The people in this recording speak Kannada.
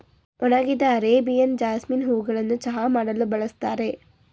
ಒಣಗಿದ ಅರೇಬಿಯನ್ ಜಾಸ್ಮಿನ್ ಹೂಗಳನ್ನು ಚಹಾ ಮಾಡಲು ಬಳ್ಸತ್ತರೆ